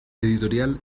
editorial